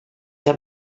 que